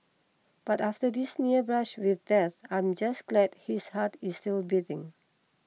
but after this near brush with death I'm just glad his heart is still beating